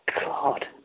god